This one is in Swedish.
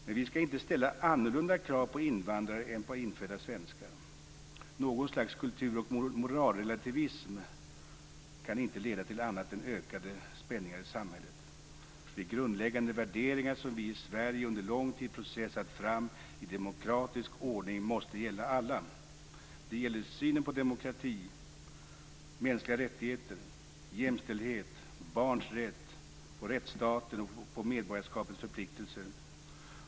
Men vi skall inte ställa annorlunda krav på invandrare än på infödda svenskar. Något slags kultur eller moralrelativism kan inte leda till annat än ökade spänningar i samhället. De grundläggande värderingar som vi i Sverige under lång tid har processat fram i demokratisk ordning måste gälla alla. Det gäller synen på demokrati, på mänskliga rättigheter, på jämställdhet, på barns rätt, på rättsstaten och på medborgarskapets förpliktelser.